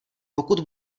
pokud